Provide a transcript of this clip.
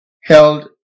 held